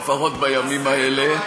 לפחות בימים האלה,